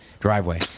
driveway